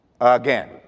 Again